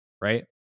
right